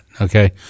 okay